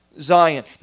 Zion